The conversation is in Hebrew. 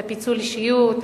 זה פיצול אישיות,